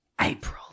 April